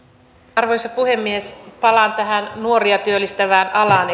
arvoisa puhemies palaan tähän nuoria työllistävään alaan